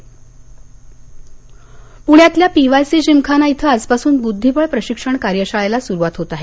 विश्वनाथ आनंद पुण्यातल्या PYC gymkhana इथं आजपासून बुद्धीबळ प्रशिक्षण कार्यशाळेला सुरुवात होत आहे